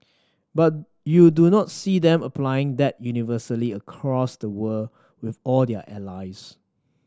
but you do not see them applying that universally across the world with all their allies